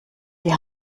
die